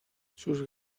sus